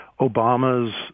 obama's